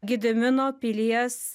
gedimino pilies